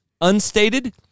Unstated